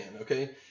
okay